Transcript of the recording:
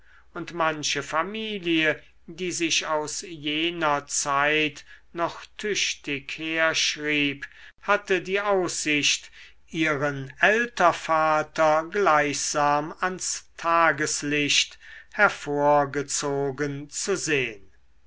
und manche familie die sich aus jener zeit noch tüchtig herschrieb hatte die aussicht ihren ältervater gleichsam ans tagesslicht hervorgezogen zu sehen